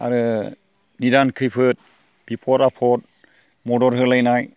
आरो निदान खैफोद बिफद आफद मदद होलायनाय